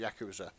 Yakuza